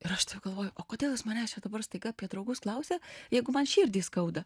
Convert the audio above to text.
ir aš tada galvoju o kodėl jis manęs čia dabar staiga apie draugus klausia jeigu man širdį skauda